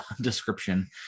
description